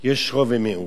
יש רוב ומיעוט,